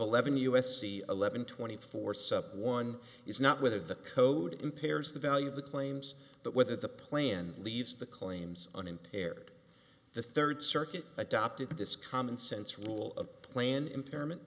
eleven u s c eleven twenty four sub one is not whether the code impairs the value of the claims but whether the plan leaves the claims unimpaired the third circuit adopted this commonsense rule of plan impairment